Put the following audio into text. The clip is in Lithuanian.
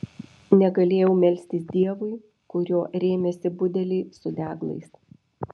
negalėjau melstis dievui kuriuo rėmėsi budeliai su deglais